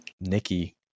Nikki